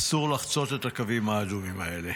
אסור לחצות את הקווים האדומים האלה,